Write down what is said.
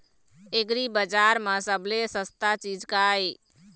एग्रीबजार म सबले सस्ता चीज का ये?